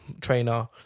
trainer